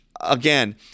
again